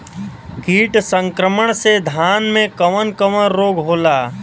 कीट संक्रमण से धान में कवन कवन रोग होला?